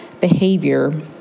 behavior